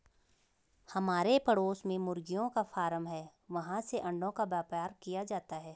हमारे पड़ोस में मुर्गियों का फार्म है, वहाँ से अंडों का व्यापार किया जाता है